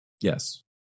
Yes